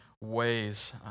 ways